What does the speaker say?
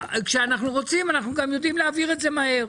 כשאנחנו רוצים אנחנו גם יודעים להעביר את זה מהר,